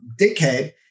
dickhead